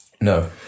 no